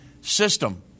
system